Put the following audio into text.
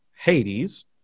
Hades